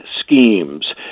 schemes